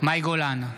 מאי גולן,